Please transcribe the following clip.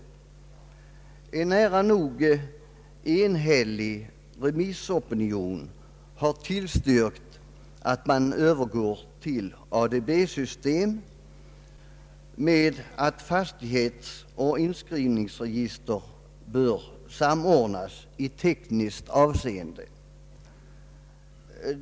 En nära nog enhällig remissopinion har tillstyrkt att man övergår till ADB system med motiveringen att fastighetsoch inskrivningsregister bör samordnas i tekniskt avseende.